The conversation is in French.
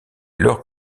alors